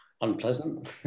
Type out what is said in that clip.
Unpleasant